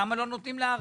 למה לא נותנים לערבי?